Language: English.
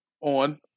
on